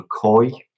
McCoy